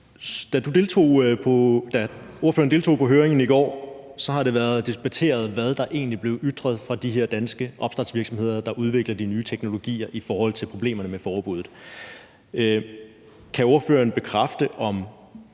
Da ordføreren deltog på høringen i går, blev det debatteret, hvad der egentlig blev ytret fra de her danske opstartsvirksomheders side, der udvikler de nye teknologier, i forhold til problemerne med forbuddet. Kan ordføreren bekræfte, om